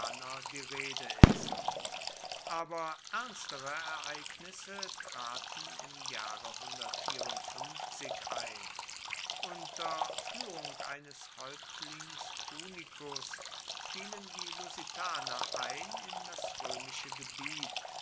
die rede ist aber ernstere ereignisse traten im jahre ein unter führung eines häuptlings punicus fielen die lusitaner ein in das römische gebiet